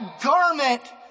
garment